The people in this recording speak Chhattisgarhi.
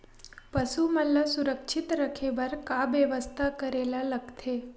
पशु मन ल सुरक्षित रखे बर का बेवस्था करेला लगथे?